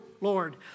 Lord